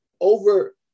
over